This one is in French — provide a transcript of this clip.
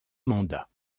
mandats